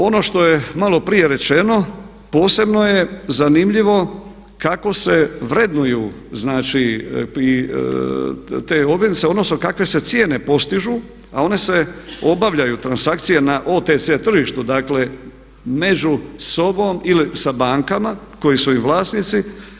Ono što je malo prije rečeno posebno je zanimljivo kako se vrednuju te obveznice, odnosno kakve se cijene postižu a one se obavljaju transakcija na OTC tržištu, dakle među sobom ili sa bankama kojih su im vlasnici.